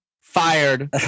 fired